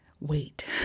wait